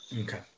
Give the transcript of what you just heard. Okay